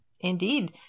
Indeed